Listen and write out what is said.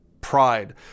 pride